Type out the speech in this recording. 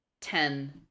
Ten